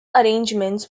arrangements